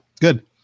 Good